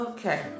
Okay